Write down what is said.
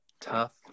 Tough